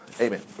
amen